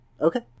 Okay